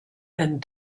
and